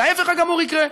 וההפך הגמור יקרה,